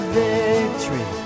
victory